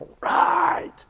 right